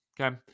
Okay